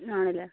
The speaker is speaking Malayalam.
ആണല്ലേ